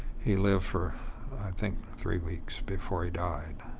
he lived for, i think, three weeks before he died.